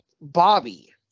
Bobby